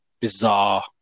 bizarre